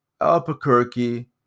Albuquerque